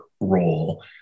role